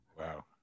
Wow